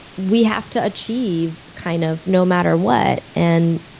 we have to achieve kind of no matter what, and